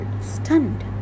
stunned